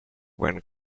when